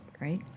right